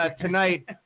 tonight